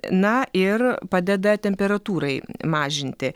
na ir padeda temperatūrai mažinti